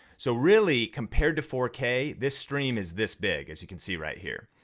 so really compared to four k, this stream is this big as you can see right here.